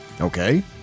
Okay